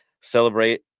celebrate